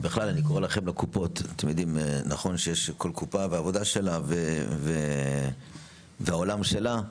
זה נכון שלכל קופה יש את העבודה שלה ואת העולם שלה,